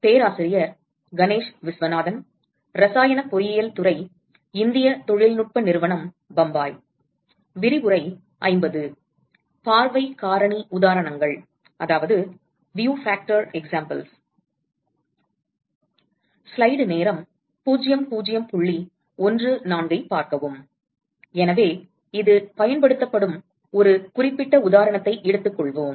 பார்வை காரணி உதாரணங்கள் எனவே இது பயன்படுத்தப்படும் ஒரு குறிப்பிட்ட உதாரணத்தை எடுத்துக் கொள்வோம்